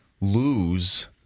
lose